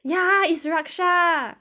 ya it's raksha